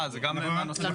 אה, זה גם אחד הנושאים?